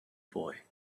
boy